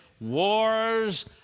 Wars